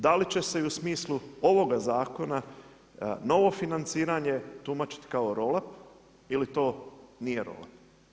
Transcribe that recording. Da li će se i u smislu ovoga zakona novo financiranje tumačiti kao roll up ili to nije roll up?